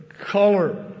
color